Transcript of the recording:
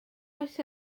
oes